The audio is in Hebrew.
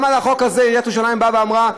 גם על החוק הזה עיריית ירושלים באה ואמרה: